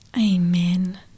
Amen